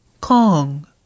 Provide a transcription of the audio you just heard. Kong